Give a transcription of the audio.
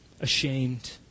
ashamed